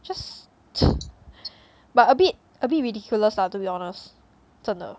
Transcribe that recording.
just but a bit a bit ridiculous lah to be honest 真的